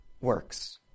works